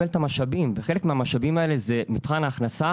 את המשאבים וחלק מהמשאבים האלה זה מבחן ההכנסה,